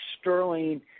Sterling